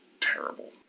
terrible